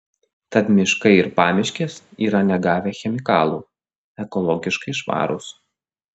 tad miškai ir pamiškės yra negavę chemikalų ekologiškai švarūs